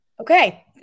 Okay